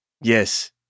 yes